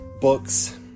books